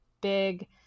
big